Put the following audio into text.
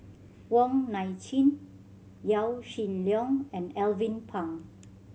Wong Nai Chin Yaw Shin Leong and Alvin Pang